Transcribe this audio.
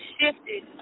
shifted